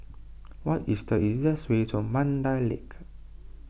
what is the easiest way to Mandai Lake